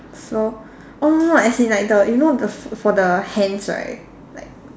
so oh no no as in like the you know the f~ for the hands right like